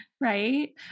Right